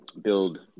build